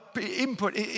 input